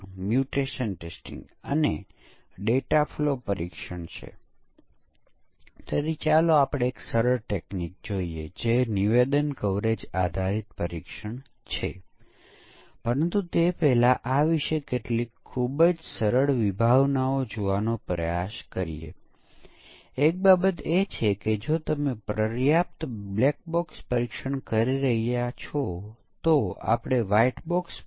આ યુનિટ છે અને પછી આ એક સ્ટબ છે જેને આ યુનિટને કોલ કરવાની જરૂર છે અને આપણે અહીં લખેલા સ્ટબને કેટલાક નમૂના ડેટા માટે જોઈએ છીએ અને જો તમારો ડેટા આ છે તો તે પરિણામ અહીં જુએ છે અને તે પાછું આપે છે